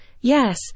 Yes